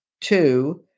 Two